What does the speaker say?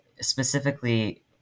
specifically